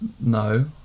No